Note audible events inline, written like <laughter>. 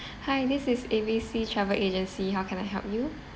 <breath> hi this is A B C travel agency how can I help you